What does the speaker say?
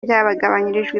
byagabanyirijwe